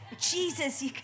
Jesus